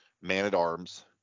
Man-at-Arms